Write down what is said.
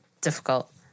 difficult